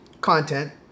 content